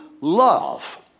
love